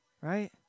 Right